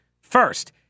First